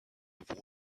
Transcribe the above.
have